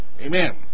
Amen